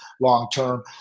long-term